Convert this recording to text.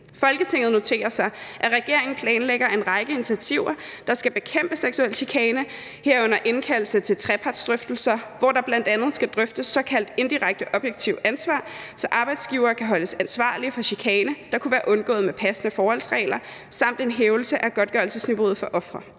Folketinget noterer sig, at regeringen planlægger en række initiativer, der skal bekæmpe seksuel chikane, herunder indkaldelse til trepartsdrøftelser, hvor der bl.a. skal drøftes såkaldt indirekte objektivt ansvar, så arbejdsgivere kan holdes ansvarlige for chikane, der kunne være undgået med passende forholdsregler, samt en hævelse af godtgørelsesniveauet for ofre.